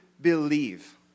believe